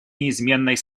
неизменной